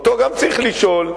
גם אותו צריך לשאול.